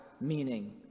meaning